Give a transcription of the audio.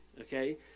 okay